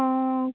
অঁ